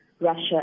Russia